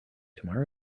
tomorrow